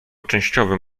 częściowym